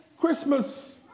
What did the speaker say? Christmas